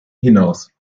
hinaus